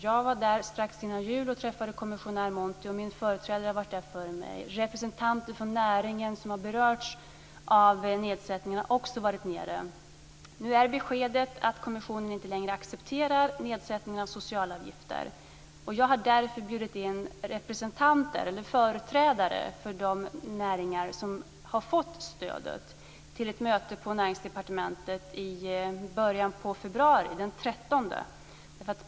Jag var där strax innan jul och träffade kommissionär Monti, och min företrädare har varit där före mig. Representanter från näringen som har berörts av nedsättningen har också varit nere. Nu är beskedet att kommissionen inte längre accepterar nedsättningen av socialavgifter. Jag har därför bjudit in företrädare för de näringar som har fått stödet till ett möte på Näringsdepartementet i början av februari, den 13.